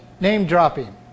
name-dropping